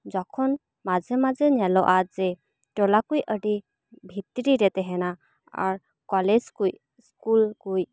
ᱡᱚᱠᱷᱚᱱ ᱢᱟᱡᱷᱮ ᱢᱟᱡᱷᱮ ᱧᱮᱞᱚᱜᱼᱟ ᱡᱮ ᱴᱚᱞᱟ ᱠᱩᱡ ᱟᱹᱰᱤ ᱵᱷᱤᱛᱨᱤ ᱨᱮ ᱛᱟᱦᱮᱱᱟ ᱟᱨ ᱠᱚᱞᱮᱡᱽ ᱠᱩᱡ ᱥᱠᱩᱞ ᱠᱩᱡ